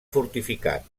fortificat